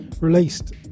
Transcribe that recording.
Released